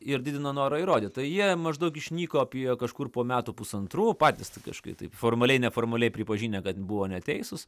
ir didino norą įrodyt tai jie maždaug išnyko apie kažkur po metų pusantrų patys taip kažkaip taip formaliai neformaliai pripažinę kad buvo neteisūs